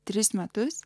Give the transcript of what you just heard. tris metus